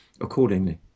Accordingly